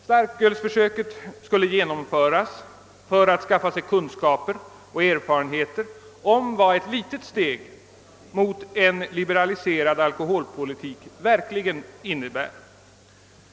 Starkölsförsöket skulle genomföras för att skaffa oss kunskaper och erfa renheter om vad ett litet steg mot en liberaliserad alkoholpolitik verkligen innebär.